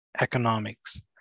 economics